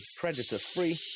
predator-free